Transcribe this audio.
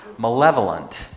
malevolent